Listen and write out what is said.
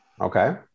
Okay